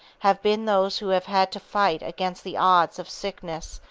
have been those who have had to fight against the odds of sickness,